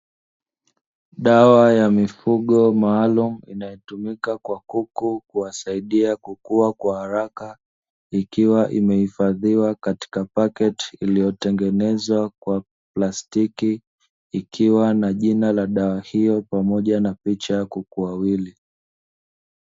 Dawa ya mifugo maalumu inayotumika kwa kuku, kuwasaidia kukua kwa haraka ikiwa imehifadhiwa katika paketi iliyotengenezwa kwa plastiki ikiwa na jina la dawa hiyo pamoja na picha ya kuku wawili.